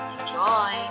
Enjoy